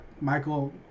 michael